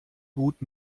gut